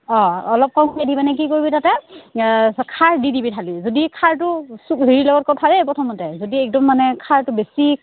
অঁ অলপ কমকে দি মানে কি কৰিবি তাতে খাৰ দি দিবি ধালি যদি খাৰটো লগত ক'ব ভালেই প্ৰথমতে যদি একদম মানে খাৰটো বেছি